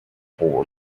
four